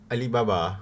Alibaba